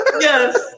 Yes